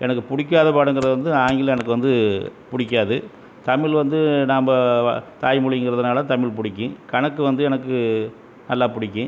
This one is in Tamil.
எனக்கு பிடிக்காத பாடங்கிறது வந்து ஆங்கிலம் எனக்கு வந்து பிடிக்காது தமிழ் வந்து நாம் தாய்மொழிங்கிறதுனால் தமிழ் பிடிக்கும் கணக்கு வந்து எனக்கு நல்லா பிடிக்கும்